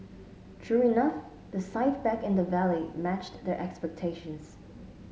true enough the sight back in the valley matched their expectations